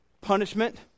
punishment